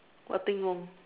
what thing wrong